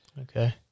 Okay